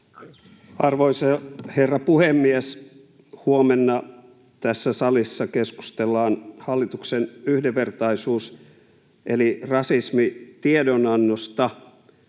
Arvoisa herra puhemies! Huomenna tässä salissa keskustellaan hallituksen yhdenvertaisuus- eli rasismitiedonannosta,